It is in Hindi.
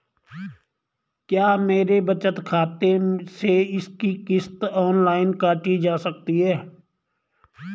क्या मेरे बचत खाते से इसकी किश्त ऑनलाइन काटी जा सकती है?